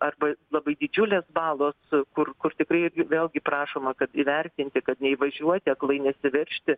arba labai didžiulės balos kur kur tikrai vėlgi prašoma kad įvertinti kad neįvažiuoti aklai nesiveržti